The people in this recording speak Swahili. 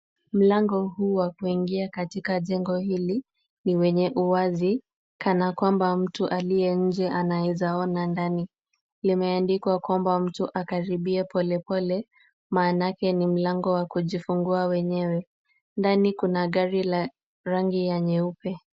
Mlango huu wa kuingia katika jengo hili, ni wenye uwazi kana kwamba mtu aliye nje anaweza ona ndani. Limeandikwa kwamba mtu akaribie polepole maanake ni mlango wa kujifungua wenyewe. Ndani kuna gari la rangi ya nyeupe.